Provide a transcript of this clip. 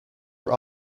were